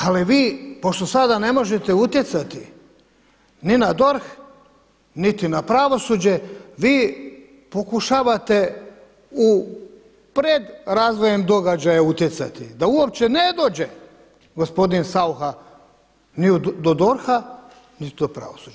Ali vi pošto sada ne možete utjecati ni na DORH, niti na pravosuđe vi pokušavate u pred razvojem događaja utjecati da uopće ne dođe gospodin Saucha ni do DORH-a, niti do pravosuđa.